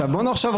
לא,